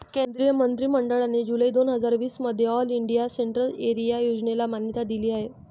केंद्रीय मंत्रि मंडळाने जुलै दोन हजार वीस मध्ये ऑल इंडिया सेंट्रल एरिया योजनेला मान्यता दिली आहे